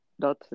dot